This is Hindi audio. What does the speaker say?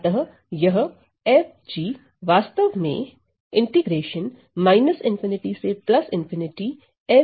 अतः यह f g वास्तव में है